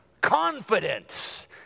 Confidence